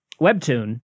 webtoon